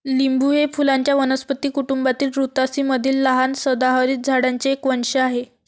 लिंबू हे फुलांच्या वनस्पती कुटुंबातील रुतासी मधील लहान सदाहरित झाडांचे एक वंश आहे